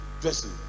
dressing